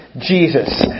Jesus